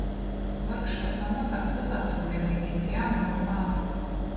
vargšas senukas visad siaubingai kentėjo nuo reumato